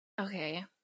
okay